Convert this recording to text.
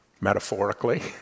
Metaphorically